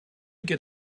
get